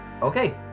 Okay